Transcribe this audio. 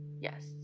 Yes